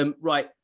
Right